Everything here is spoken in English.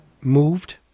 moved